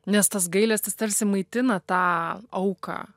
nes tas gailestis tarsi maitina tą auką